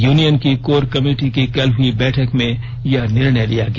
union की core committee की कल हुई बैठक में यह निर्णय लिया गया